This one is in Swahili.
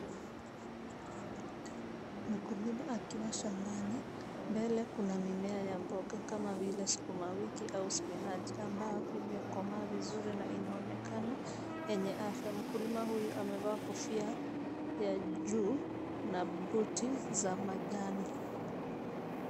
Mkulima akiwa shambani, mbele Kuna mimea ya mboga kama vile sukuma wiki au spinachi ambao imekomaa vizuri na inaonekana yenye afya. Mkulima huyu amevaa kofia ya juu na buti za manjano.